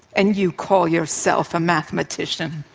and you call yourself a mathematician!